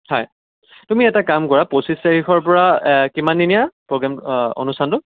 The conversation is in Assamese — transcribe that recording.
হয় তুমি এটা কাম কৰা পঁচিছ তাৰিখৰ পৰা কিমানদিনীয়া প্ৰগ্ৰেম অঁ অনুষ্ঠানটো